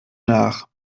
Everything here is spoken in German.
nach